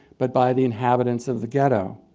but by the inhabitants of the ghetto.